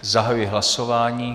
Zahajuji hlasování.